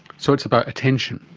so it's about attention.